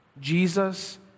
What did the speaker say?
Jesus